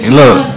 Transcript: look